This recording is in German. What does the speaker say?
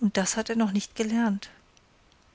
und das hat er noch nicht gelernt